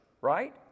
right